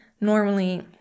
Normally